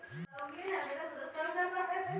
दुकान खरीदे खारित तअ लोन लेवही के पड़त हवे